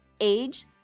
Age